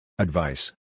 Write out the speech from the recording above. Advice